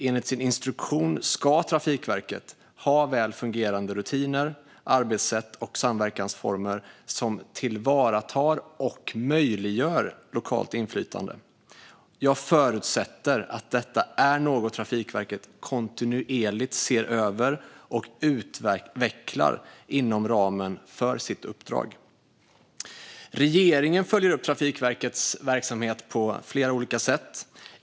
Enligt sin instruktion ska Trafikverket ha väl fungerande rutiner, arbetssätt och samverkansformer som tillvaratar och möjliggör lokalt inflytande. Jag förutsätter att detta är något Trafikverket kontinuerligt ser över och utvecklar inom ramen för sitt uppdrag. Regeringen följer upp Trafikverkets verksamhet på flera sätt.